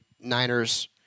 Niners